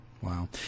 Wow